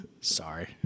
Sorry